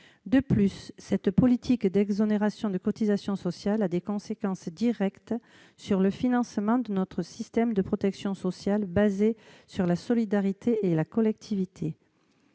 De plus, cette politique d'exonération de cotisations sociales a des conséquences directes sur le financement de notre système de protection sociale, fondé sur la solidarité et la collectivité.